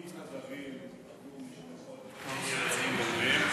עם חדרים, יקבלו משפחות עם ילדים בוגרים.